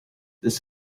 this